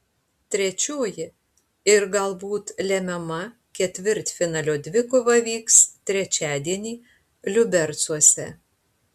trečioji ir galbūt lemiama ketvirtfinalio dvikova vyks trečiadienį liubercuose